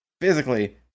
Physically